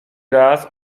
raz